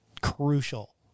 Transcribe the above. crucial